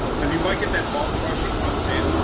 because you might get that vol crush. it comes in,